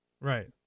Right